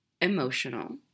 emotional